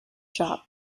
shop